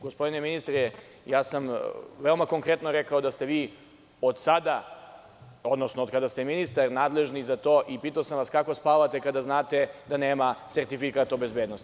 Gospodine ministre, ja sam veoma konkretno rekao da ste vi od sada, odnosno od kada ste ministar, nadležni za to, i pitao sam vas za to kako spavate kada znate da nema sertifikat o bezbednosti.